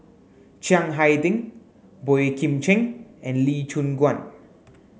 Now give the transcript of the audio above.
Chiang Hai Ding Boey Kim Cheng and Lee Choon Guan